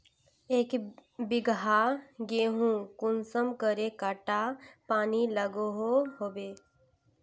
एक बिगहा गेँहूत कुंसम करे घंटा पानी लागोहो होबे?